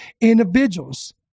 individuals